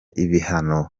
ibihano